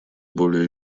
более